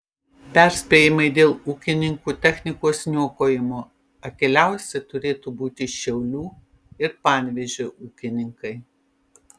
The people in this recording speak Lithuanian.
perspėjimai dėl ūkininkų technikos niokojimo akyliausi turėtų būti šiaulių ir panevėžio ūkininkai